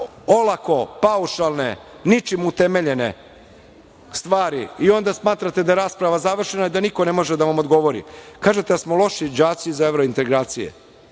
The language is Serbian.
olako paušalne, ničim utemeljene stvari i onda smatrate da je rasprava završena i da niko ne može da vam odgovori. Kažete da smo loši đaci za evrointegracije.